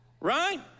Right